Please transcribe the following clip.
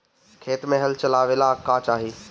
खेत मे हल चलावेला का चाही?